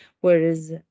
whereas